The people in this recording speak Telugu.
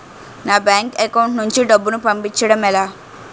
నా బ్యాంక్ అకౌంట్ నుంచి డబ్బును పంపించడం ఎలా?